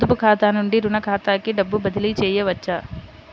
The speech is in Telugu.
పొదుపు ఖాతా నుండీ, రుణ ఖాతాకి డబ్బు బదిలీ చేయవచ్చా?